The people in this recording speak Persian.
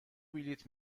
بلیط